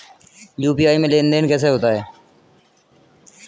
UPI में लेनदेन कैसे होता है?